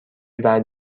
بعد